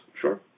Sure